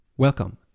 Welcome